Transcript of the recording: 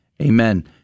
Amen